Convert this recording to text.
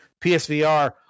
PSVR